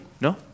No